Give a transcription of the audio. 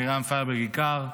מרים פיירברג-איכר,